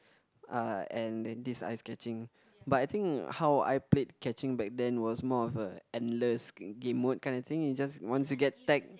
uh and then this ice catching but I think how I played catching back then was more of a endless game mode kind of thing is just once you get tagged